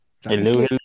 Hello